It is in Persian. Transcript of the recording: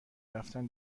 رفتن